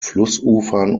flussufern